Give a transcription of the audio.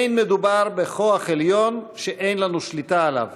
מדובר בכוח עליון שאין לנו שליטה עליו,